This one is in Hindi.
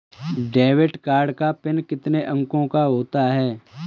डेबिट कार्ड का पिन कितने अंकों का होता है?